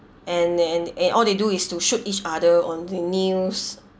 and and and all they do is to shoot each other on the news